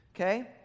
okay